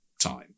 time